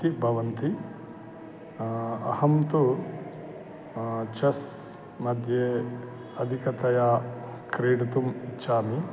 इति भवन्ति अहं तु चस्मध्ये अधिकतया क्रीडितुम् इच्छामि